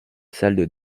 salle